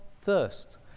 thirst